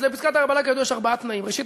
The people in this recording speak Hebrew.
לפסקת ההגבלה כידוע יש ארבעה תנאים: ראשית,